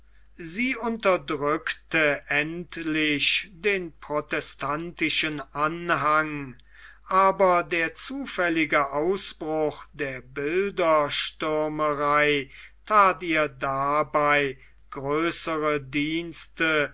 sie unterdrückte endlich den protestantischen anhang aber der zufällige ausbruch der bilderstürmerei that ihr dabei größere dienste